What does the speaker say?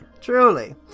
Truly